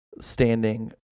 standing